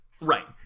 Right